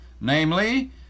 namely